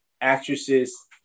actresses